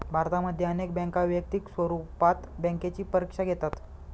भारतामध्ये अनेक बँका वैयक्तिक स्वरूपात बँकेची परीक्षा घेतात